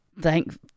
Thank